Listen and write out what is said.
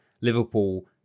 Liverpool